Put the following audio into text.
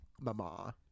mama